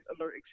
alert